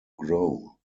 grow